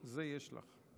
יש